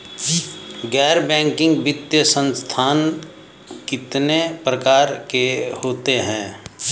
गैर बैंकिंग वित्तीय संस्थान कितने प्रकार के होते हैं?